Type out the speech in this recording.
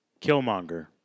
Killmonger